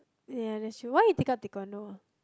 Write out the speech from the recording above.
ya that's true why you take up taekwondo